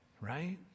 right